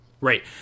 Right